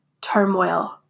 turmoil